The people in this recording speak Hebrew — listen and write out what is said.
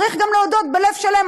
צריך גם להודות בלב שלם,